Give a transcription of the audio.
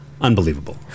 unbelievable